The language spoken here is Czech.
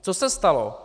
Co se stalo?